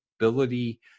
ability